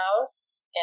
house